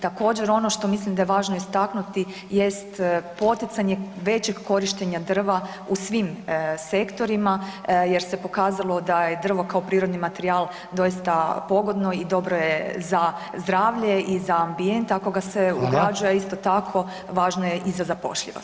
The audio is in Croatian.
Također ono što mislim da je važno istaknuti jest poticanje većeg korištenja drva u svim sektorima jer se pokazalo da je drvo kao prirodni materijal doista pogodno i dobro je za zdravlje i za ambijent ako ga se ugrađuje, a isto tako važno je i za zapošljivost.